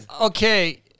Okay